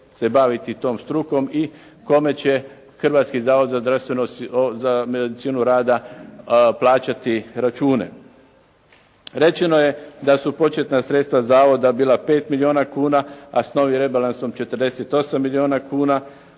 se baviti tom strukom i kome će Hrvatski zavod za medicinu rada plaćati račune. Rečeno je da su početna sredstva zavoda bila 5 milijuna kuna, a s novim rebalansom 48 milijuna kuna,